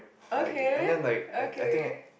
okay okay